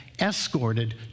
escorted